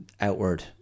outward